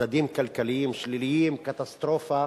מדדים כלכליים שליליים, קטסטרופה